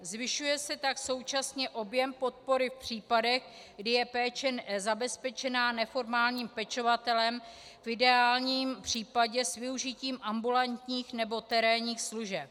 Zvyšuje se tak současně objem podpory v případech, kdy je péče zabezpečená neformálním pečovatelem, v ideálním případě s využitím ambulantních nebo terénních služeb.